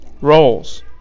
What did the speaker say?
roles